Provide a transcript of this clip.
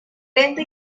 lenta